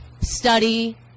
study